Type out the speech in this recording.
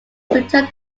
returned